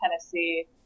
Tennessee